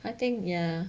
I think ya